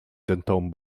denton